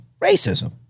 Racism